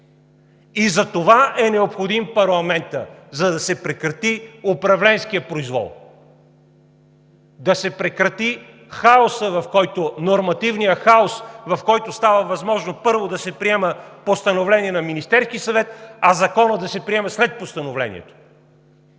И затова е необходим парламентът, за да се прекрати управленският произвол, да се прекрати хаосът – нормативният хаос, в който става възможно първо да се приема постановление на Министерския съвет, а законът да се приеме след постановлението.